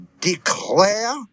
declare